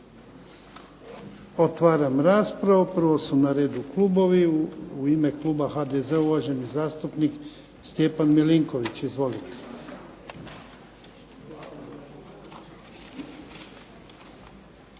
Otvaram raspravu. Prvo su na redu klubovi. U ime kluba HDZ-a uvaženi zastupnik Stjepan Milinković, izvolite.